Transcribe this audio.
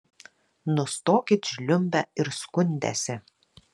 nustokit žliumbę ir skundęsi